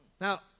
Now